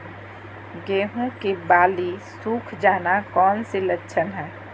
गेंहू की बाली सुख जाना कौन सी लक्षण है?